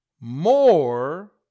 more